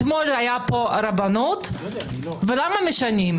אתמול הייתה פה הרבנות ולמה משנים?